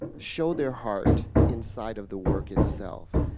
show their heart inside of the work itself.